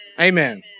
amen